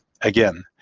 again